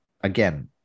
again